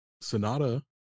Sonata